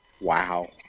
wow